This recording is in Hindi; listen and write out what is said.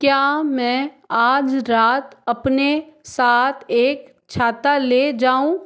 क्या मैं आज रात अपने साथ एक छाता ले जाऊँ